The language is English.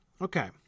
Okay